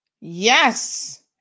Yes